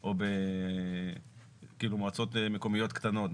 או במועצות מקומיות קטנות,